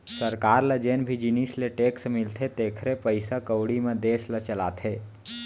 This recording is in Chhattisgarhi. सरकार ल जेन भी जिनिस ले टेक्स मिलथे तेखरे पइसा कउड़ी म देस ल चलाथे